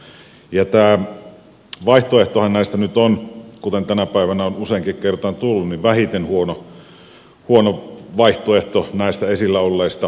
tämä vaihtoehtohan näistä nyt on kuten tänä päivänä on useaankin kertaan tullut esille vähiten huono vaihtoehto näistä esillä olleista